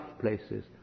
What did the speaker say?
places